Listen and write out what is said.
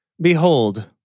Behold